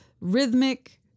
rhythmic